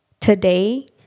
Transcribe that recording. today